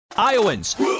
Iowans